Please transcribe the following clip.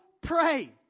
Pray